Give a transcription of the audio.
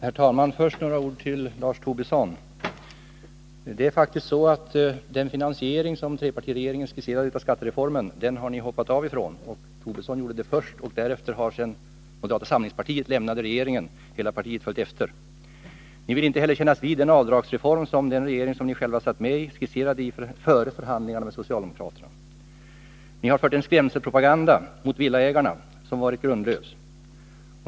Herr talman! Först några ord till Lars Tobisson. Ni har hoppat av från den finansiering av skattereformen som trepartiregeringen skisserade — Lars Tobisson gjorde det först, och därefter, efter det att moderata samlingspartiet lämnat regeringen, följde hela partiet efter. Ni vill inte heller kännas vid den avdragsreform som den regering som ni själva satt med i skisserade före förhandlingarna med socialdemokraterna. Ni har inför villaägarna fört en skrämselpropaganda som varit grundlös.